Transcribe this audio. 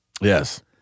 yes